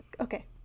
okay